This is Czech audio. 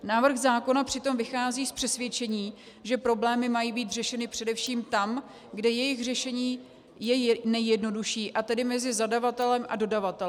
Návrh zákona přitom vychází z přesvědčení, že problémy mají být řešeny především tam, kde jejich řešení je nejjednodušší, a tedy mezi zadavatelem a dodavatelem.